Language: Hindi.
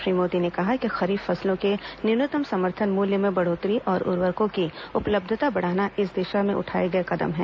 श्री मोदी ने कहा कि खरीफ फसलों के न्यूनतम समर्थन मूल्य में बढ़ोतरी और उर्वरकों की उपलब्धता बढ़ाना इसी दिशा में उठाए गए कदम हैं